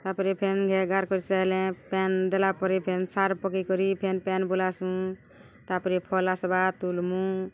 ତା'ପରେ ଫେନ୍ ଘାଏ ଗାର୍ କରିସାଏଲେ ପାଏନ୍ ଦେଲା ପରେ ଫେନ୍ ସାର୍ ପକେଇ କରି ଫେନ୍ ପାଏନ୍ ବୁଲାମୁଁ ତା'ପରେ ଫଲ୍ ଆସ୍ବା ତୁଲ୍ମୁ